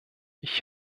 ich